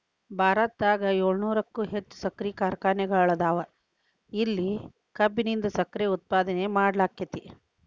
ಭಾರತದಾಗ ಏಳುನೂರಕ್ಕು ಹೆಚ್ಚ್ ಸಕ್ಕರಿ ಕಾರ್ಖಾನೆಗಳದಾವ, ಇಲ್ಲಿ ಕಬ್ಬಿನಿಂದ ಸಕ್ಕರೆ ಉತ್ಪಾದನೆ ಮಾಡ್ಲಾಕ್ಕೆತಿ